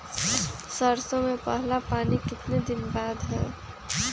सरसों में पहला पानी कितने दिन बाद है?